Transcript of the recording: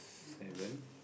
seven